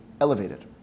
elevated